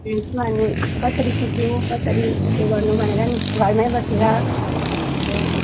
यसमा अनि कसरी सिक्नु हो कसरी उ गर्नु भनेर नि घरमै बसेर